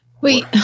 Wait